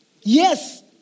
Yes